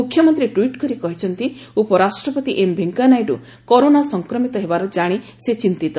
ମୁଖ୍ୟମନ୍ତୀ ଟ୍ୱିଟ କରି କହିଛନ୍ତି ଉପରାଷ୍ଟପତି ଏମ୍ ଭେଙ୍କେୟା ନାଇଡୁ କରୋନା ସଂକ୍ରମିତ ହେବାର କାଶି ସେ ଚିନ୍ତିତ